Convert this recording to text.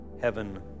heaven